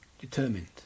determined